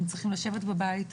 הם צריכים לשבת בבית וללמוד.